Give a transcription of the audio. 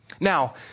Now